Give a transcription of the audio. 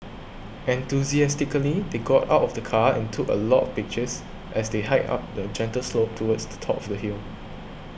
enthusiastically they got out of the car and took a lot of pictures as they hiked up the gentle slope towards the top of the hill